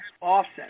offset